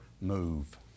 move